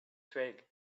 twig